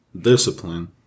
Discipline